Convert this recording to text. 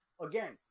Again